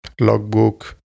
logbook